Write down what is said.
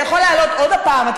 אתה יכול לעלות עוד הפעם.